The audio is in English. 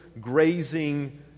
grazing